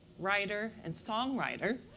writer, and songwriter,